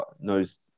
knows